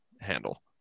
handle